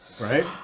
right